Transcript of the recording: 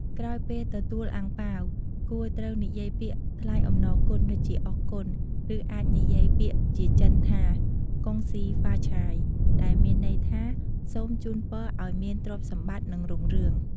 ក្រោយពេលទទួលអាំងប៉ាវ គួរត្រូវនិយាយពាក្យថ្លែងអំណរគុណដូចជា "អរគុណ" ឬអាចនិយាយពាក្យជាចិនថា "កុងស៊ីហ្វាឆាយ" ដែលមានន័យថា "សូមជូនពរឱ្យមានទ្រព្យសម្បត្តិ និងរុងរឿង។